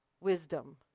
wisdom